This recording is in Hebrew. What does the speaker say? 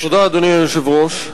אדוני היושב-ראש,